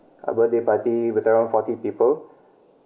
a birthday party with around forty people